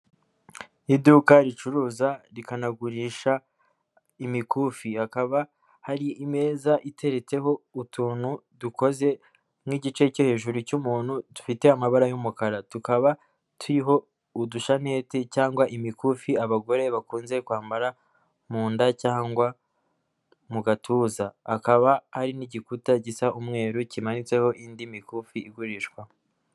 Iduka ricuruza rikanagurisha imikufi akaba hari imeza iteretseho utuntu dukoze nk'igice cyo hejuru cy'umuntu dufite amabara y'umukara tukaba turiho udushanete cyangwa imikufi abagore bakunze kwambara mu nda, cyangwa mu gatuza akaba ari n'igikuta gisa umweru kimanitseho indi mikufi igurishwa.